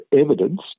evidence